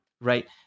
right